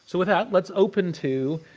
so with that, let's open to